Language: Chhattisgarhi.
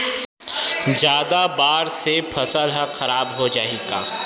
जादा बाढ़ से फसल ह खराब हो जाहि का?